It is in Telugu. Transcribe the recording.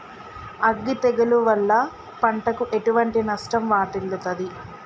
అగ్గి తెగులు వల్ల పంటకు ఎటువంటి నష్టం వాటిల్లుతది?